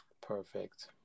Perfect